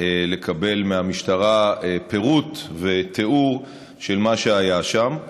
לקבל מהמשטרה פירוט ותיאור של מה שהיה שם.